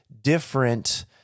different